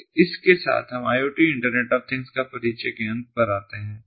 तो इस के साथ हम IoT इंटरनेट ऑफ थिंग्स पर परिचय के अंत पर आते हैं